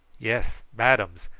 yes bad ums.